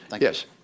Yes